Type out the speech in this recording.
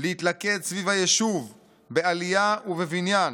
להתלכד סביב הישוב בעליה ובבניין